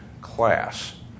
class